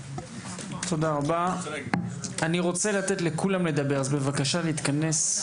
אני רוצה לתת לכולם לדבר, אז בבקשה נתכנס.